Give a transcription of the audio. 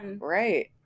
Right